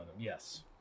yes